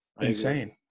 insane